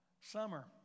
summer